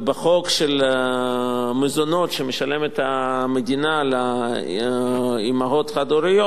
בחוק של המזונות שמשלמת המדינה לאמהות חד-הוריות,